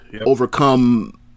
overcome